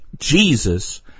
Jesus